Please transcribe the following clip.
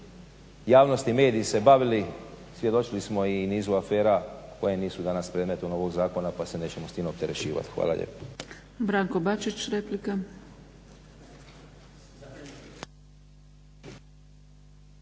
javnosti i mediji se bavili. Svjedočili smo i nizu afera koje nisu danas predmetom ovoga zakona pa se nećemo s tim opterećivati. Hvala lijepa.